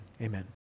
Amen